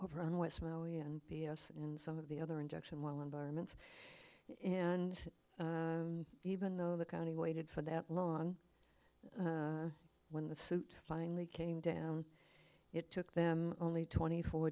overrun with smelly and b s and some of the other injection while environments and even though the county waited for that long when the suit finally came down it took them only twenty four